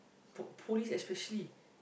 po~ police especially